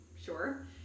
sure